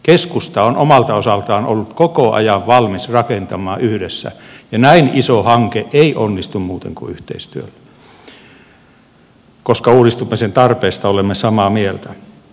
keskusta on omalta osaltaan ollut koko ajan valmis rakentamaan yhdessä ja näin iso hanke ei onnistu muuten kuin yhteistyöllä koska uudistumisen tarpeesta olemme samaa mieltä